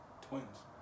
Twins